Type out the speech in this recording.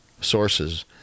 sources